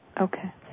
Okay